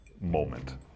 moment